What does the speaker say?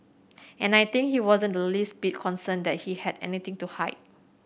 and I think he wasn't the least bit concerned that he had anything to hide